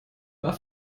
war